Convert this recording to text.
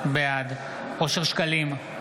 בעד אושר שקלים,